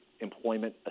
employment